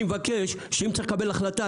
רק אני מבקש שאם צריך לקבל החלטה,